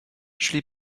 szli